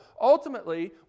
Ultimately